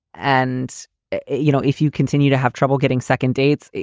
and you know, if you continue to have trouble getting second dates.